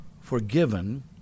forgiven